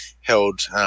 held